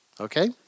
Okay